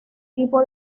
tipo